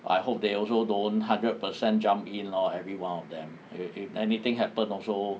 I hope they also don't hundred percent jump in lor everyone of them if if anything happen also